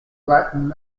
latin